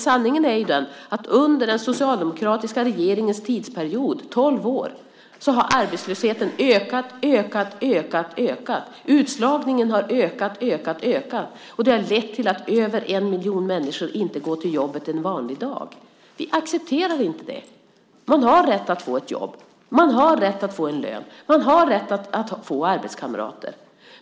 Sanningen är den att under den socialdemokratiska regeringens tidsperiod, tolv år, har arbetslösheten ökat, ökat, ökat, ökat. Utslagningen har ökat, ökat, ökat, ökat. Det har lett till att över en miljon människor en vanlig dag inte går till jobbet. Vi accepterar inte detta. Man har rätt att få ett jobb. Man har rätt att få en lön. Man har rätt att få arbetskamrater.